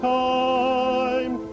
time